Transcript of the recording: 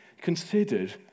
considered